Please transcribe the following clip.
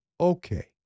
Okay